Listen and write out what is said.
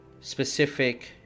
specific